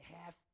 half